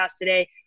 today